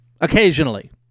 occasionally